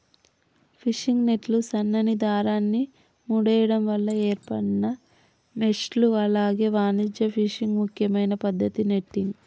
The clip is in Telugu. ఫిషింగ్ నెట్లు సన్నని దారాన్ని ముడేయడం వల్ల ఏర్పడిన మెష్లు అలాగే వాణిజ్య ఫిషింగ్ ముఖ్యమైన పద్దతి నెట్టింగ్